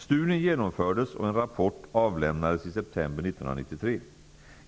Studien genomfördes och en rapport avlämnades i september 1993.